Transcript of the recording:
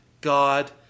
God